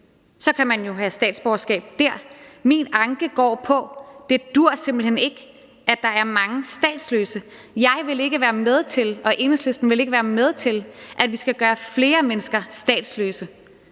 så kan man jo have statsborgerskab der. Min anke går på, at det simpelt hen ikke duer, at der er mange statsløse. Jeg vil ikke være med til og Enhedslisten vil ikke være